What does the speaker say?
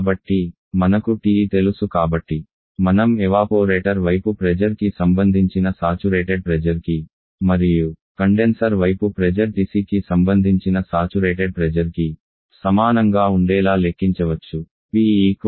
కాబట్టి మనకు TE తెలుసు కాబట్టి మనం ఎవాపోరేటర్ వైపు ప్రెజర్ కి సంబంధించిన సాచురేటెడ్ ప్రెజర్ కి మరియు కండెన్సర్ వైపు ప్రెజర్ TC కి సంబంధించిన సాచురేటెడ్ ప్రెజర్ కి సమానంగా ఉండేలా లెక్కించవచ్చు